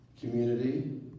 community